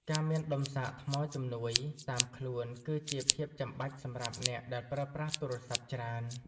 ការមានដុំសាកថ្មជំនួយ តាមខ្លួន គឺជាភាពចាំបាច់សម្រាប់អ្នកដែលប្រើប្រាស់ទូរស័ព្ទច្រើន។